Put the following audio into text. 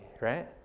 right